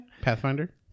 Pathfinder